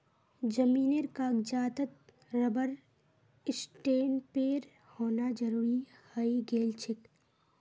जमीनेर कागजातत रबर स्टैंपेर होना जरूरी हइ गेल छेक